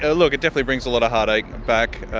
ah look, it definitely brings a lot of heartache back.